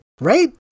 Right